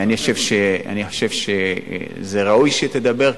אני חושב שראוי שהיא תדבר,